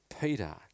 Peter